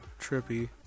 trippy